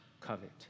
covet